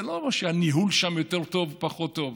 זה לא אומר שהניהול שם יותר טוב או פחות טוב.